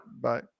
Bye